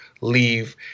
leave